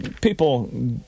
People